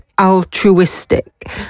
altruistic